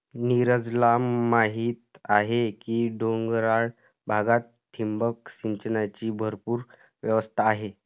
नीरजला माहीत आहे की डोंगराळ भागात ठिबक सिंचनाची भरपूर व्यवस्था आहे